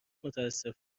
متاسف